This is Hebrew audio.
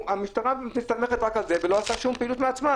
המשטרה מסתמכת רק על זה ולא עושה שום פעילות מעצמה.